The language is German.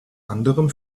anderem